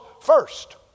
first